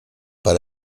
per